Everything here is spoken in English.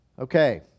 Okay